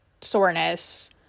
soreness